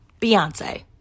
Beyonce